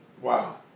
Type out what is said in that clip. Wow